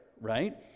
right